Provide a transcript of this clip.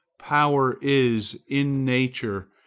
power is, in nature,